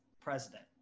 president